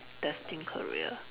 destined career